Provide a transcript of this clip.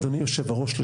אדוני יושב הראש,